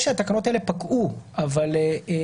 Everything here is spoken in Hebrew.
סמכויות מיוחדות להתמודדות עם נגיף הקורונה החדש (הוראת שעה)